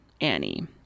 Annie